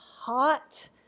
hot